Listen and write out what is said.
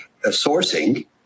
sourcing